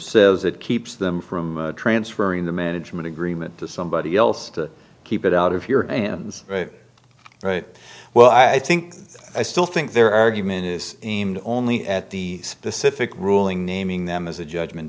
says it keeps them from transferring the management agreement to somebody else to keep it out of your hands well i think i still think their argument is aimed only at the specific ruling naming them as a judgment